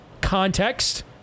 context